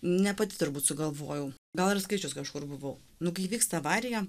ne pati turbūt sugalvojau gal ir skaičius kažkur buvau nu kai vyksta avarija